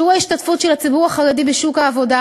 שיעורי ההשתתפות של הציבור החרדי בשוק העבודה